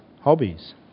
hobbies